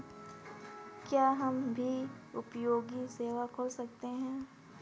क्या हम भी जनोपयोगी सेवा खोल सकते हैं?